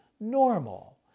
normal